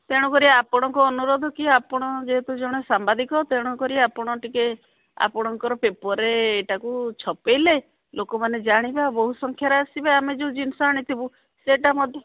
ତେଣୁ କରି ଆପଣଙ୍କ ଅନୁରୋଧ କି ଆପଣ ଯେହେତୁ ଜଣେ ସାମ୍ବାଦିକ ତେଣୁ କରି ଆପଣ ଟିକେ ଆପଣଙ୍କର ପେପରରେ ଏଟାକୁ ଛପେଇଲେ ଲୋକମାନେ ଜାଣିବେ ବହୁତ ସଂଖ୍ୟାରେ ଆସିବେ ଆମେ ଯୋଉ ଜିନିଷ ଆଣିଥିବୁ ସେଟା ମଧ୍ୟ